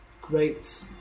great